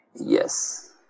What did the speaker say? Yes